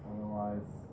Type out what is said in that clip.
Otherwise